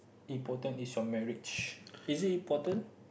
important is your marriage is it important